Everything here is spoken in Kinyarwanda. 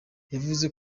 yavuze